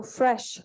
fresh